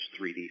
3D